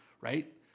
right